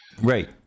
Right